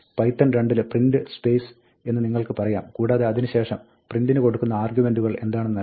Python 2 ൽ print space എന്ന് നിങ്ങൾക്ക് പറയാം കൂടാതെ അതിന് ശേഷം പ്രിന്റിന് കൊടുക്കുന്ന ആർഗ്യുമെന്റുകൾ എന്താണെന്ന് നൽകുക